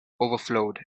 overflowed